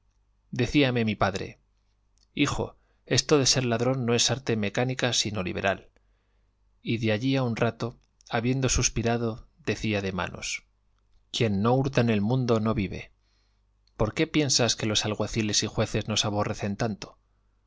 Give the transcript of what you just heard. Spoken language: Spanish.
otro decíame mi padre hijo esto de ser ladrón no es arte mecánica sino liberal y de allí a un rato habiendo suspirado decía de manos quien no hurta en el mundo no vive por qué piensas que los alguaciles y jueces nos aborrecen tanto